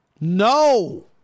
No